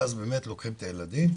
ואז באמת לוקחים את הילדים,